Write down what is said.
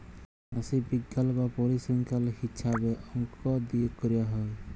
রাশিবিজ্ঞাল বা পরিসংখ্যাল হিছাবে অংক দিয়ে ক্যরা হ্যয়